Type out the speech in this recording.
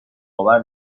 آور